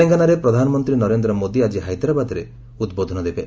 ତେଲେଙ୍ଗାନାରେ ପ୍ରଧାନମନ୍ତ୍ରୀ ନରେନ୍ଦ୍ର ମୋଦି ଆଜି ହାଇଦ୍ରାବାଦରେ ଉଦ୍ବୋଧନ ଦେବେ